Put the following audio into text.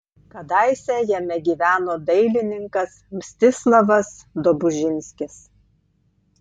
kadaise jame gyveno dailininkas mstislavas dobužinskis